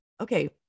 okay